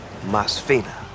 Masfina